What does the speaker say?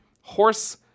horse